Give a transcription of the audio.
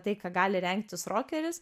tai ką gali rengtis rokeris